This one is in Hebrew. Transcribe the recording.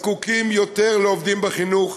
הזקוקים יותר לעובדים בחינוך,